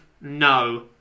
No